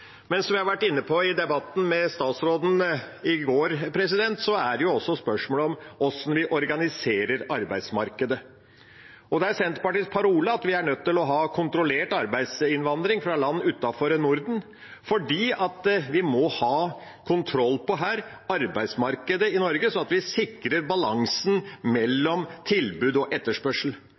men som vi var inne på i debatten med statsråden i går, er det også spørsmål om hvordan vi organiserer arbeidsmarkedet. Det er Senterpartiets parole at vi er nødt til å ha kontrollert arbeidsinnvandring fra land utenfor Norden, fordi vi må ha kontroll på arbeidsmarkedet i Norge, sånn at vi sikrer balansen mellom tilbud og etterspørsel.